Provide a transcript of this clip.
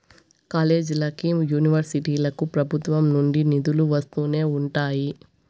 కాలేజీలకి, యూనివర్సిటీలకు ప్రభుత్వం నుండి నిధులు వస్తూనే ఉంటాయి